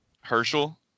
Herschel